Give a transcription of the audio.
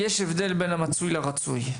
יש הבדל בין מצוי לרצוי.